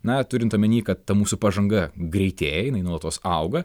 na turint omeny kad ta mūsų pažanga greitėja jinai nuolatos auga